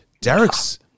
Derek's